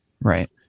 Right